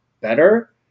better